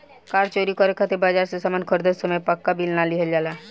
कार चोरी करे खातिर बाजार से सामान खरीदत समय पाक्का बिल ना लिहल जाला